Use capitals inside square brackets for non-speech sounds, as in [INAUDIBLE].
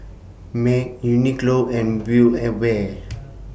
Mac Uniqlo and Build A Bear [NOISE]